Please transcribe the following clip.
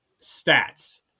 stats